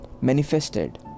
manifested